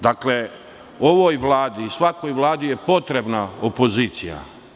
Dakle, ovoj Vladi i svakoj vladi je potrebna opozicija.